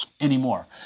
anymore